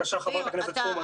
בסדר גמור.